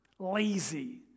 lazy